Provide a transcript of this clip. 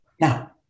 Now